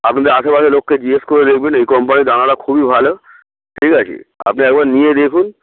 আপনাদের আশেপাশে লোককে জিজ্ঞেস করে দেখবেন এই কোম্পানির দানাটা খুবই ভালো ঠিক আছে আপনি একবার নিয়ে দেখুন